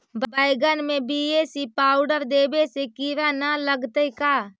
बैगन में बी.ए.सी पाउडर देबे से किड़ा न लगतै का?